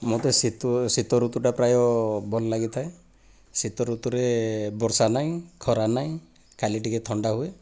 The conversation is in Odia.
ମୋତେ ଶୀତ ଋତୁଟା ପ୍ରାୟ ଭଲ ଲାଗିଥାଏ ଶୀତ ଋତୁରେ ବର୍ଷା ନାହିଁ ଖରା ନାହିଁ ଖାଲି ଟିକିଏ ଥଣ୍ଡା ହୁଏ